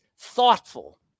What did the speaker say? thoughtful